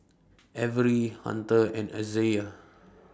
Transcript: Avery Hunter and Isaiah